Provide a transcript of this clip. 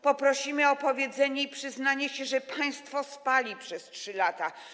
Poprosimy o powiedzenie i przyznanie się, że państwo spali przez 3 lata.